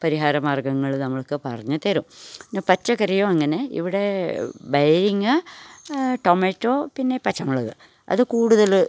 പരിഹാര മാർഗ്ഗങ്ങൾ നമ്മൾക്ക് പറഞ്ഞ് തരും പിന്നെ പച്ചക്കറിയും അങ്ങനെ ഇവിടെ ബൈയങ്ങ ടൊമാറ്റോ പിന്നെ പച്ചമുളക് അത് കൂടുതൽ